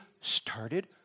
started